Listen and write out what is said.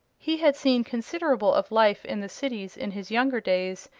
he had seen considerable of life in the cities in his younger days,